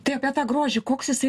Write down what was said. tai apie tą grožį koks jisai